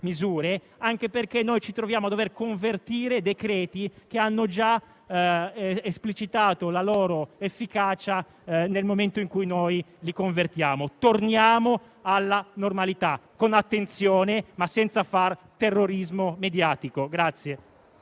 misure, anche perché noi ci troviamo a dover convertire decreti-legge che hanno già esplicato la loro efficacia nel momento in cui noi li convertiamo. Torniamo alla normalità, con attenzione ma senza fare terrorismo mediatico.